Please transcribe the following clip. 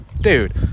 dude